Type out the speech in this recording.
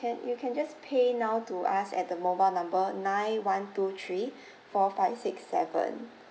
can you can just pay now to us at the mobile number nine one two three four five six seven